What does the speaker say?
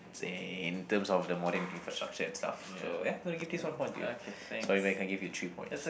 saying in terms of the modern infrastructure and stuff so ya I'm gonna give this one point to you sorry man I can't give you three points